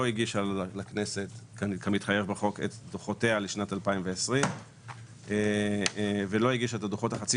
לא הגישה כמתחייב בחוק את דוחותיה לשנת 2020 ואת הדוחות החצי